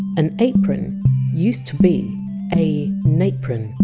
an apron used to be a napron.